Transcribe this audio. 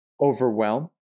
overwhelm